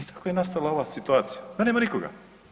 I tako je nastala ova situacija da nema nikoga.